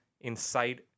inside